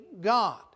God